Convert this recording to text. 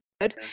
Good